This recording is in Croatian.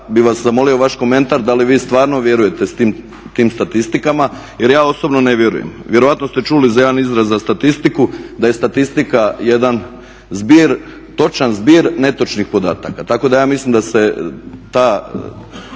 bih vas zamolio vaš komentar da li vi stvarno vjerujete tim statistikama, jer ja osobno ne vjerujem. Vjerojatno ste čuli za jedan izraz za statistiku, da je statistika jedan zbir, točan zbir netočnih podataka. Tako da ja mislim da se taj